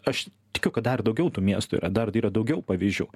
aš tikiu kad dar daugiau tų miestų yra dar yra daugiau pavyzdžių